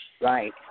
Right